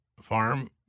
farm